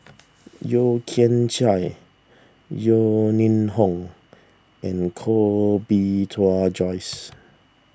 Yeo Kian Chai Yeo Ning Hong and Koh Bee Tuan Joyce